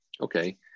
Okay